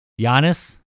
Giannis